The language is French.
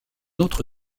autre